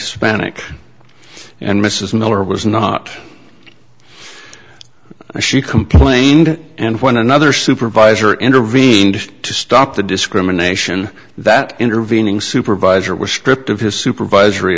spanish and mrs miller was not a she complained and when another supervisor intervened to stop the discrimination that intervening supervisor was stripped of his supervisory